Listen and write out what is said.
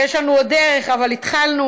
יש לנו עוד דרך, אבל התחלנו.